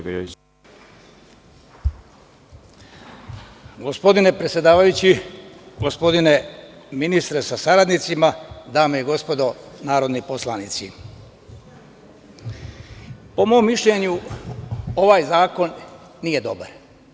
Gospodine predsedavajući, gospodine ministre sa saradnicima, dame i gospodo narodni poslanici, po mom mišljenju, ovaj zakon nije dobar.